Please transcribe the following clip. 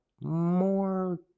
more